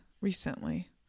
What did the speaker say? recently